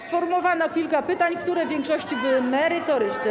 Sformułowano kilka pytań, które w większości były merytoryczne.